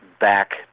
back